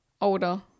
older